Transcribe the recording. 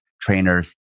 trainers